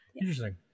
Interesting